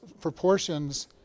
proportions